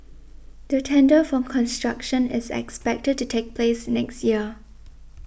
the tender for construction is expected to take place next year